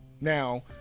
now